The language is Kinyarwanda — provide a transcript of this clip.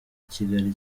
kigali